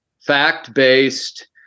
Fact-based